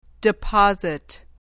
Deposit